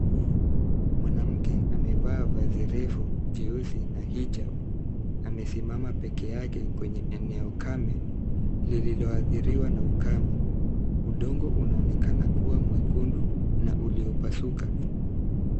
Mwanamke amevaa vazi refu jeusi na hijabu, amesimama pekee yake kwenye eneo kame, lililoathiriwa na ukame, udongo unaonekana kuwa mwekundu na uliopasuka.